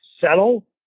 settle